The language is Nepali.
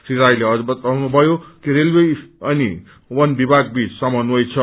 श्री रायले अझ बताउनुम्यो कि रेलवे अनि वन विभागबीच समन्वय छ